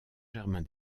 germain